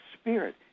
spirit